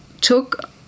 took